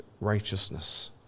righteousness